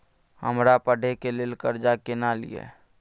हमरा पढ़े के लेल कर्जा केना लिए?